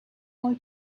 all